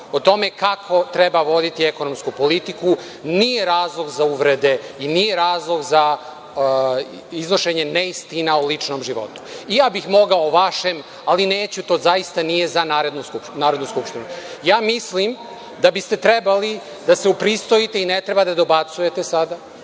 o tome kako treba voditi ekonomsku politiku nije razlog za uvrede i nije razlog za iznošenje neistina o ličnom životu. I ja bih mogao o vašem ali neću, to zaista nije za Narodnu skupštinu.(Aleksandar Vučić, s mesta: Molim te ajde.)Mislim da biste trebali da se upristojite i ne treba da dobacujete sada,